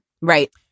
Right